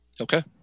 Okay